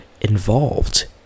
involved